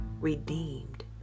redeemed